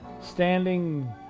standing